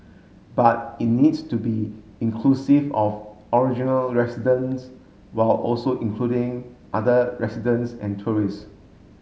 but it needs to be inclusive of original residents while also including other residents and tourists